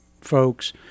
folks